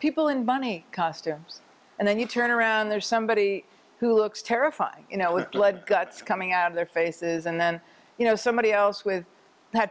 people in bonnie costumes and then you turn around there's somebody who looks terrified you know it lead guts coming out of their faces and then you know somebody else with th